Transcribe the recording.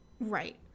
right